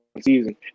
season